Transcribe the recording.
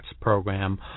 program